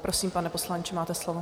Prosím, pane poslanče, máte slovo.